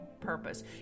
purpose